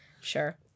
Sure